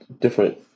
different